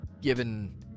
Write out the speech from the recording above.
given